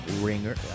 Ringer